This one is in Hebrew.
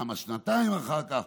לכמה שנתיים אחר כך,